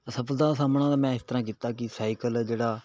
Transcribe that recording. ਅਸਫਲਤਾ ਦਾ ਸਾਹਮਣਾ ਤਾਂ ਮੈਂ ਇਸ ਤਰ੍ਹਾਂ ਕੀਤਾ ਕਿ ਸਾਈਕਲ ਆ ਜਿਹੜਾ